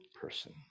person